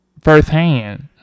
firsthand